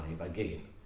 again